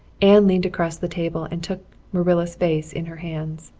anne leaned across the table and took marilla's face in her hands.